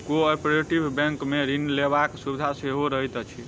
cooperative बैंकमे ऋण लेबाक सुविधा सेहो रहैत अछि